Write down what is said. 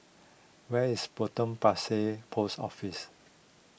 where is Potong Pasir Post Office